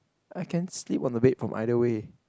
I can sleep on the bed from either way